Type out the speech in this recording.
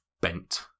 bent